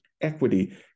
Equity